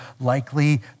likely